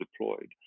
deployed